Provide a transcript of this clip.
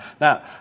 Now